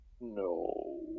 No